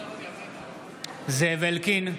זאב אלקין,